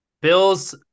Bills